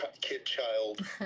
kid-child